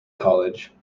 college